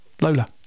Lola